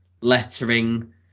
lettering